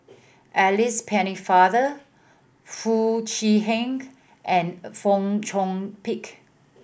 Alice Pennefather Foo Chee Han and Fong Chong Pik